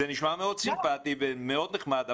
זה נשמע מאוד סימפטי ומאוד נחמד,